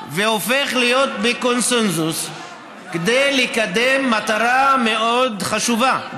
והופך להיות בקונסנזוס כדי לקדם מטרה מאוד חשובה,